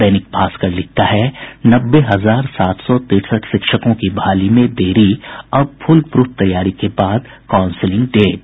दैनिक भास्कर लिखता है नब्बे हजार सात सौ तिरसठ शिक्षकों की बहाली में देरी अब फुल प्रफ तैयारी के बाद काउंसिलिंग डेट